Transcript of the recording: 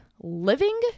living